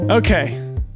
Okay